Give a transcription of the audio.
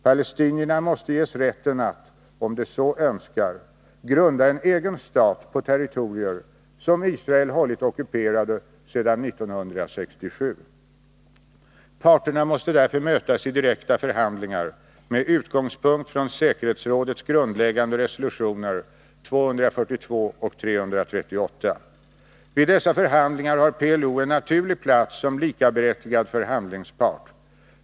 Palestinierna måste ges rätten att, om de så önskar, grunda en egen stat på territorier som Israel hållit ockuperade sedan 1967. Parterna måste därför mötas i direkta förhandlingar med utgångspunkt från säkerhetsrådets grundläggande resolutioner 242 och 338. Vid dessa förhandlingar har PLO en naturlig plats som likaberättigad förhandlingspart.